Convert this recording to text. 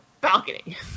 balcony